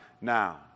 now